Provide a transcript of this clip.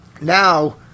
now